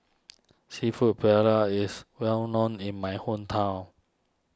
Seafood Paella is well known in my hometown